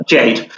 Jade